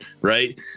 right